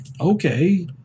Okay